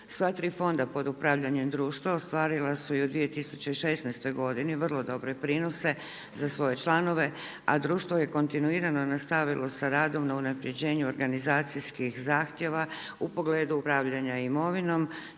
Sva tri fonda pod upravljanjem društva ostvarila su i u 2016. godini vrlo dobre prinose za svoje članove, a društvo je kontinuirano nastavilo sa radom na unapređenju organizacijskih zahtjeva u pogledu upravljanja imovinom